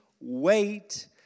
Wait